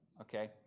Okay